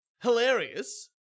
Hilarious